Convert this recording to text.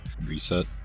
reset